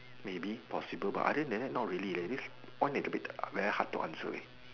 maybe possible but other than that not really leh this on is a bit very hard to answer leh